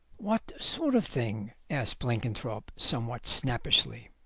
what sort of thing? asked blenkinthrope, somewhat snappishly.